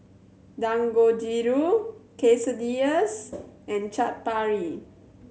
Dangojiru Quesadillas and Chaat Papri